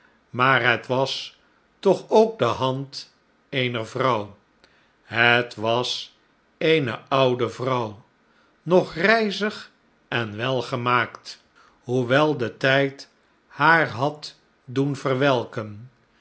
maar het was toch ook de hand eener vrouw het was eene oude vrouw nog rijzig en welgemaakt hoewel de tijd haar had doen verwelken